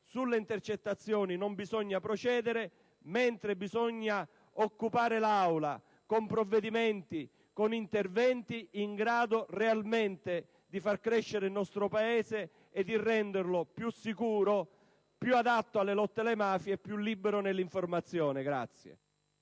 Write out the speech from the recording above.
sulle intercettazioni non bisogna procedere, mentre si deve occupare l'Assemblea con provvedimenti e interventi in grado realmente di far crescere il nostro Paese e di renderlo più sicuro, più adatto alla lotta alle mafie e più libero nell'informazione.